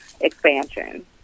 expansion